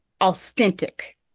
authentic